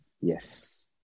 yes